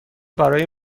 برای